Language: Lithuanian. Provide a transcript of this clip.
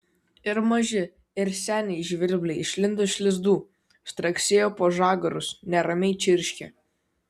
ir maži ir seniai žvirbliai išlindo iš lizdų straksėjo po žagarus neramiai čirškė